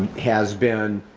has been